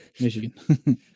Michigan